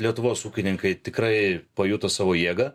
lietuvos ūkininkai tikrai pajuto savo jėgą